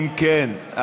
אם כן,